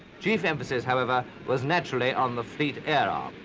chief emphasis, however, was naturally on the fleet era,